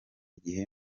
gihe